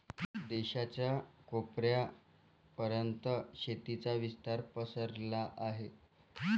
देशाच्या कोपऱ्या पर्यंत शेतीचा विस्तार पसरला आहे